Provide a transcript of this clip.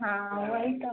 हँ वहि त